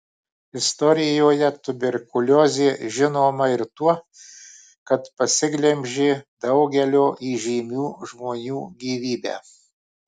istorijoje tuberkuliozė žinoma ir tuo kad pasiglemžė daugelio įžymių žmonių gyvybę